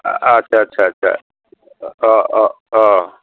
আচ্ছা আচ্ছা আচ্ছা অঁ অঁ অঁ